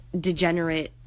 degenerate